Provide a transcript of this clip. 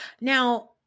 Now